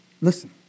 listen